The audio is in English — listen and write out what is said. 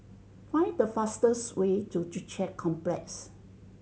find the fastest way to Joo Chiat Complex